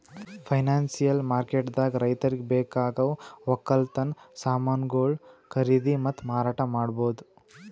financial ಮಾರ್ಕೆಟ್ದಾಗ್ ರೈತರಿಗ್ ಬೇಕಾಗವ್ ವಕ್ಕಲತನ್ ಸಮಾನ್ಗೊಳು ಖರೀದಿ ಮತ್ತ್ ಮಾರಾಟ್ ಮಾಡ್ಬಹುದ್